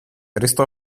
restò